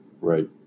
right